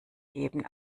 geben